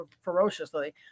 ferociously